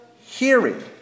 hearing